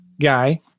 guy